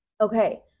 Okay